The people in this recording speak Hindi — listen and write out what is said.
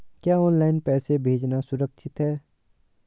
क्या ऑनलाइन पैसे भेजना सुरक्षित है?